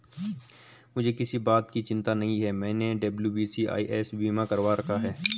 मुझे किसी बात की चिंता नहीं है, मैंने डब्ल्यू.बी.सी.आई.एस बीमा करवा रखा था